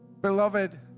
Beloved